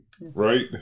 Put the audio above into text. Right